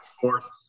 fourth